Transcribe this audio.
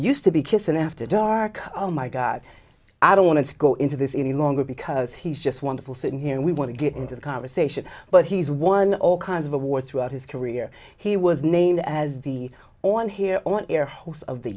used to be kissin after dark oh my god i don't want to go into this any longer because he's just wonderful sitting here and we want to get into conversation but he's won all kinds of awards throughout his career he was named as the on here on air host of the